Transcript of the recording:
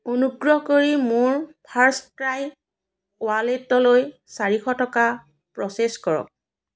অনুগ্ৰহ কৰি মোৰ ফাৰ্ষ্টক্ৰাই ৱালেটলৈ চাৰিশ টকা প্ৰ'চেছ কৰক